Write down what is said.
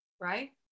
Right